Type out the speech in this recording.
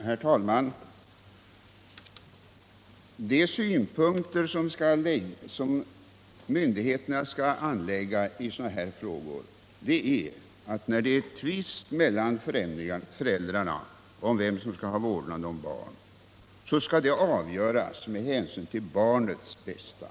Herr talman! När det gäller en tvist mellan föräldrar om vem som skall ha vårdnaden om barn skall frågan avgöras med hänsyn till barnets bästa.